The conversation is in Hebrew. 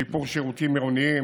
שיפור שירותים עירוניים,